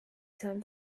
time